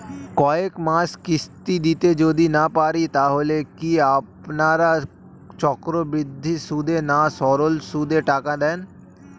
কয়েক মাস কিস্তি দিতে যদি না পারি তাহলে কি আপনারা চক্রবৃদ্ধি সুদে না সরল সুদে টাকা দেন?